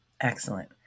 Excellent